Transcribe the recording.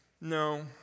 no